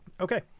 okay